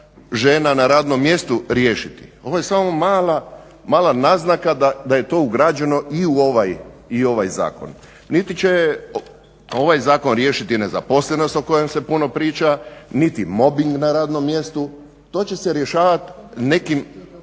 žena na radnom mjestu riješiti. Ovo je samo mala naznaka da je to ugrađeno i u ovaj zakon. Niti će ovaj zakon riješiti nezaposlenost o kojoj se puno priča, niti mobbing na radnom mjestu, to će se rješavati nekim,